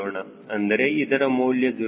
ಅಂದರೆ ಇದರ ಮೌಲ್ಯ 0